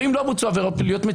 ואם לא בוצעו עבירות פליליות,